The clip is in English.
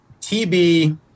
TB